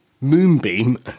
Moonbeam